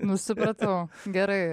nu supratau gerai